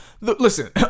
Listen